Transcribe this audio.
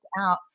out